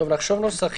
נחשוב על הנוסח.